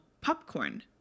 Popcorn